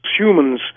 humans